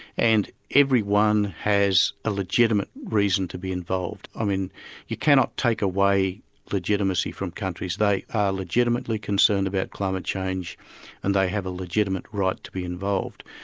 and every one has a legitimate reason to be involved, i mean you cannot take away legitimacy from countries, they are legitimately concerned about climate change and they have a legitimate right to be involved.